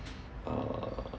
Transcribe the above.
uh